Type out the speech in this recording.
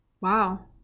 Wow